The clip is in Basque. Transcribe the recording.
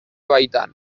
baitan